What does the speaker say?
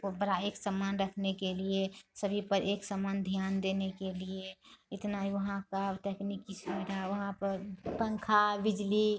को बड़ा एक सम्मान रखने के लिए सभी पर एक सम्मान ध्यान देने के लिए इतना ही वहाँ का टेकनिक इस्कूल का वहाँ पर पंखा बिजली